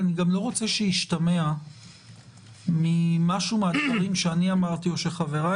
אני גם לא רוצה שישתמע ממשהו מן הדברים שאני אמרתי או שחבריי